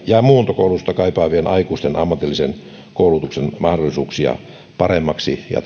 ja muuntokoulutusta kaipaavien aikuisten ammatillisen koulutuksen mahdollisuuksia ja